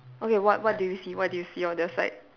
okay what what do you see what do you see on your side